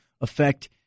affect